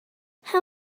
how